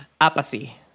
apathy